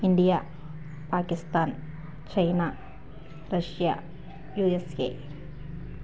India Pakistan China Russia USA